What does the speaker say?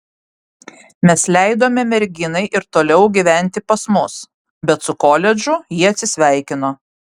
mes leidome merginai ir toliau gyventi pas mus bet su koledžu ji atsisveikino